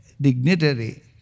dignitary